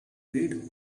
read